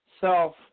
self